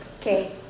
okay